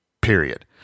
period